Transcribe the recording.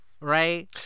right